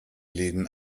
läden